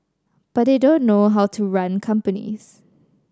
but they don't know how to run companies